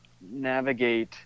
navigate